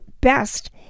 best